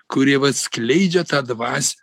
kurie vat skleidžia tą dvas